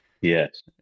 yes